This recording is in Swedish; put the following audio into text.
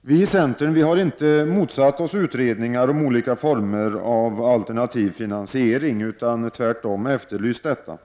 Vi i centern har inte motsatt oss utredningar om olika former av alternativ finansiering, utan tvärtom efterlyst detta.